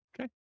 Okay